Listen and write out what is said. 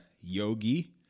yogi